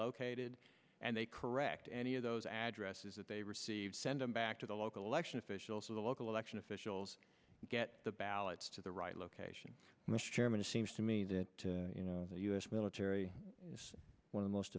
located and they correct any of those addresses that they receive send them back to the local election officials of the local election officials get the ballots to the right location mr chairman it seems to me that you know the u s military has one of the most